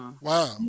Wow